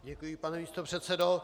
Děkuji, pane místopředsedo.